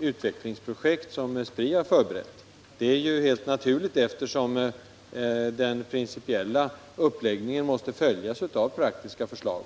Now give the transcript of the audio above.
utvecklingsprojekt som Spri har förberett är helt naturligt, eftersom den principiella uppläggningen måste följas av praktiska förslag.